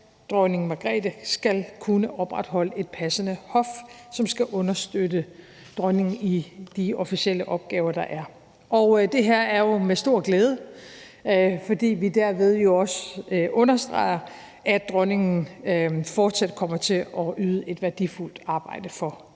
dronning Margrethe skal kunne opretholde et passende hof, som skal understøtte dronningen i de officielle opgaver, der er. Og det her er fremsat med stor glæde, fordi vi derved jo også understreger, at dronningen fortsat kommer til at yde et værdifuldt arbejde for